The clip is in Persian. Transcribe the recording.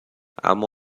اما